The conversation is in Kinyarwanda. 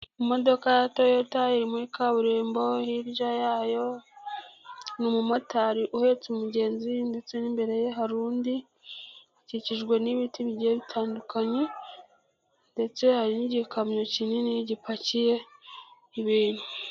Imodoka ya Toyota iri muri kaburimbo, hirya yayo ni umumotari uhetse umugenzi ndetse n'imbere ye hari undi, ukikijwe n'ibiti bigiye bitandukanye ndetse hari n'igikamyo kinini gipakiye ibintu.